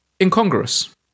incongruous